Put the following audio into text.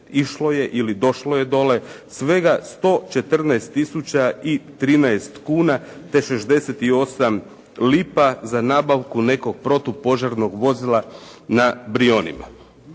išlo je ili došlo je dole svega 114 tisuća i 13 kuna te 68 lipa za nabavku nekog protupožarnog vozila na Brijunima.